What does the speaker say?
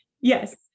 Yes